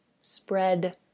spread